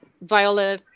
viola